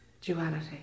duality